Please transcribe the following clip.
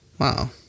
Wow